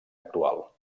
actual